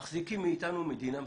מחזיקים מאיתנו מדינה מתוקנת.